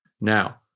Now